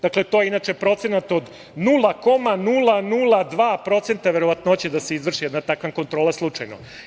Dakle, to je inače procenata od 0,002% verovatnoće da se izvrši jedna takva kontrola slučajno.